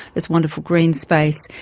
there's wonderful green space.